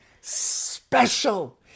special